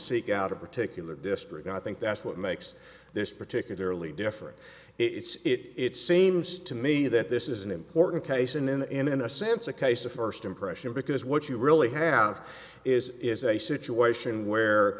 seek out a particular district i think that's what makes this particularly different it's it seems to me that this is an important case and in the end in a sense a case of first impression because what you really have is is a situation where